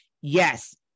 Yes